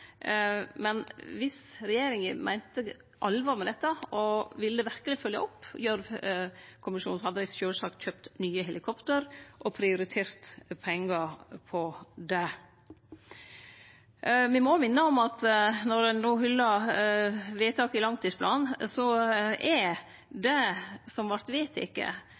men viss regjeringa meinte alvor med dette og verkelg ville følgje opp Gjørv-kommisjonen, hadde dei sjølvsagt kjøpt nye helikopter og prioritert pengar til det. Me må minne om at når ein no hyllar vedtaket i langtidsplanen, er det som vart vedteke,